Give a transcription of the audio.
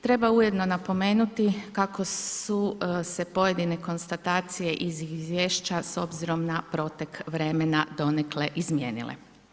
Treba ujedno napomenuti, kako su se pojedine konstatacije iz izvješća s obzirom na protek vremena donekle izmijenile.